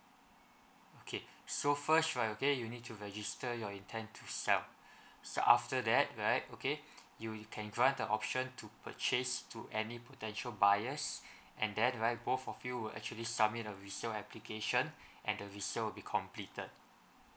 okay so first right okay you need to register your intent to sell so after that right okay you can drive the option to purchase to any potential buyers and then right both of you will actually submit a resale application and the resale will be completed